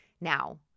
Now